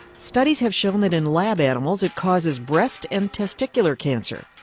studies have shown that in lab animals, it causes breast and testicular cancer,